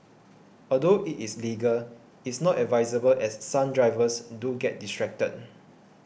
although it is legal is not advisable as some drivers do get distracted